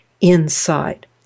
inside